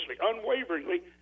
unwaveringly